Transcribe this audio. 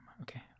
Okay